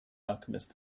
alchemist